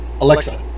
Alexa